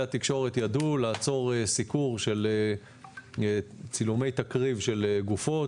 כלי התקשורת ידעו לעצור סיקור של צילומי תקריב של גופות,